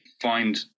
find